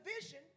vision